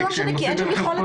כשהם נוסעים ברכב פרטי,